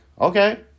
okay